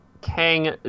Kang